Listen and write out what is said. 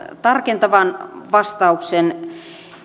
tarkentavan vastauksen